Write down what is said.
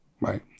right